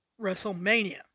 WrestleMania